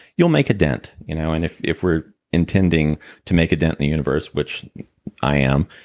you'll make a dent. you know and if if we're intending to make a dent in the universe, which i am,